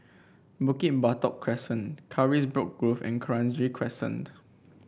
Bukit Batok Crescent Carisbrooke Grove and Kranji Crescent